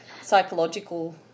psychological